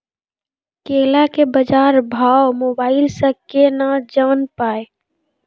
केला के बाजार भाव मोबाइल से के ना जान ब?